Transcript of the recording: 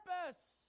purpose